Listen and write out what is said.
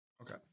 okay